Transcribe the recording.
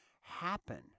happen